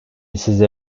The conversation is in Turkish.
sizi